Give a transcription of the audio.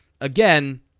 again